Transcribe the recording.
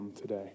today